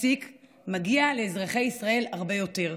מגיע לאזרחי ישראל הרבה יותר.